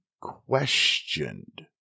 questioned